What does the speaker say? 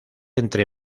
entre